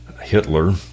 hitler